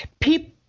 people